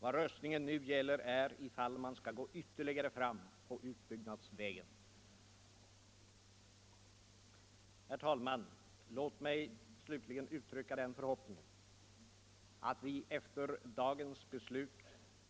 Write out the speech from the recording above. Vad röstningen nu gäller är om man skall gå ytterligare fram på utbyggnadsvägen. Herr talman! Låt mig slutligen uttrycka den förhoppningen att vi efter dagens beslut